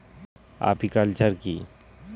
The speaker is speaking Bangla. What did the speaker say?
আপিকালচার কি?